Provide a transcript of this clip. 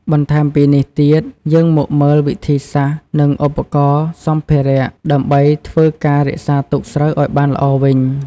បន្ថែមពីនេះទៀត យើងមកមើលវិធីសាស្ត្រ និងឧបករណ៍ សម្ភារៈ ដើម្បីធ្វើការរក្សាទុកស្រូវឲ្យបានល្អវិញ។